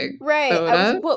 Right